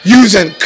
using